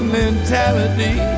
mentality